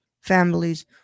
families